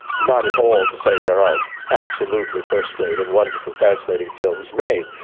not at all to say there aren't absolutely first-rate and wonderful fascinating films made,